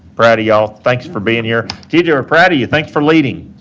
proud of y'all. thanks for being here. t j, we're proud of you. thanks for leading.